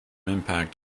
impact